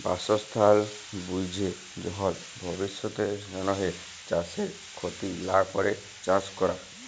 বাসস্থাল বুইঝে যখল ভবিষ্যতের জ্যনহে চাষের খ্যতি লা ক্যরে চাষ ক্যরা